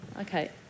Okay